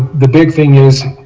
the big thing is